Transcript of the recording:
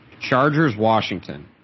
Chargers-Washington